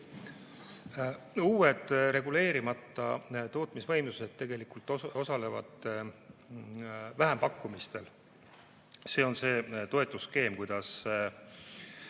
Uued reguleerimatud tootmisvõimsused tegelikult osalevad vähempakkumistel. See on see toetusskeem, kuidas